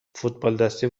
فوتبالدستی